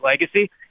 legacy